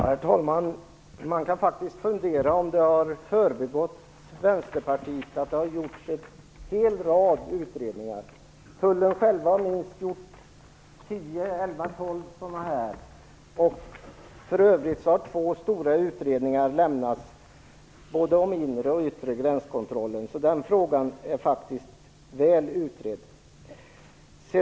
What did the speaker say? Herr talman! Man kan faktiskt fundera över om det har gått Vänsterpartiet förbi att det har gjorts en hel rad utredningar. Tullen har själv gjort 10-12. I övrigt har det gjorts två stora utredningar om både inre och yttre gränskontroller. Den frågan är faktiskt väl utredd!